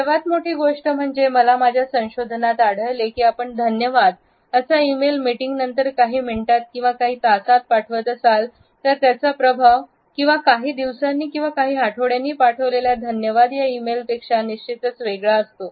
सर्वात मोठी गोष्ट म्हणजे मला माझ्या संशोधनात आढळले की आपण धन्यवाद असा ई मेल मीटिंग नंतर काही मिनिटात किंवा काही तासात पाठवत असाल तर त्याचा प्रभाव काही दिवसांनी किंवा काही आठवड्यांनी पाठवलेल्या धन्यवाद या ई मेल पेक्षा निश्चितच वेगळा असतो